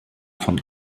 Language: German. von